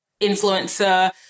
influencer